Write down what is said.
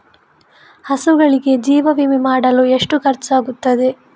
ಹಸುಗಳಿಗೆ ಜೀವ ವಿಮೆ ಮಾಡಲು ಎಷ್ಟು ಖರ್ಚಾಗುತ್ತದೆ?